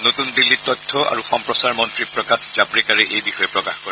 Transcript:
নতুন দিল্লীত তথ্য আৰু সম্প্ৰচাৰ মন্ত্ৰী প্ৰকাশ জাভড়েকাৰে এই বিষয়ে প্ৰকাশ কৰে